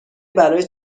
برای